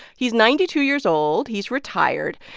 he's ninety two years old. he's retired.